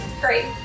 Great